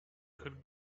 could